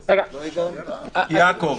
--- יעקב,